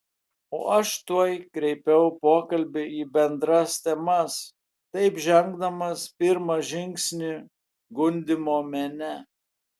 o aš tuoj kreipiau pokalbį į bendras temas taip žengdamas pirmą žingsnį gundymo mene